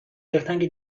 دلتنگ